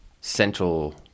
Central